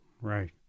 Right